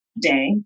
day